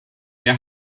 der